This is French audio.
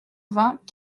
vingt